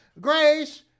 Grace